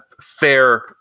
fair